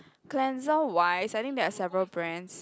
cleanser wise I think there are several brands